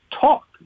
talk